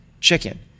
chicken